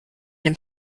dem